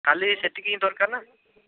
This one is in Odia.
ଖାଲି ସେତିକି ହିଁ ଦରକାର ନା